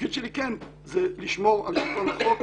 התפקיד שלי זה לשמור על שלטון החוק,